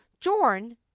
Jorn